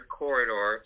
corridor